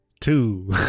Two